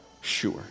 sure